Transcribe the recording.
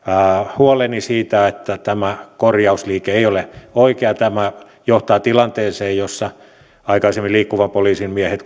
huoleni siitä että tämä korjausliike ei ole oikea ja tämä johtaa tilanteeseen jossa kun aikaisemmin liikkuvan poliisin miehet